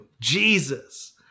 Jesus